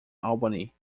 albany